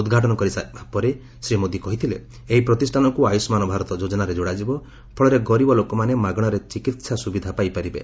ଉଦ୍ଘାଟନ କରି ସାରିବା ପରେ ଶ୍ରୀ ମୋଦି କହିଥିଲେ ଏହି ପ୍ରତିଷାନକୁ ଆୟୁଷ୍କାନ୍ ଭାରତ ଯୋଜନାରେ ଯୋଡ଼ାଯିବ ଫଳରେ ଗରିବ ଲୋକମାନେ ମାଗଣାରେ ଚିକିତ୍ସା ସୁବିଧା ପାଇପାରିବେ